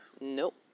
Nope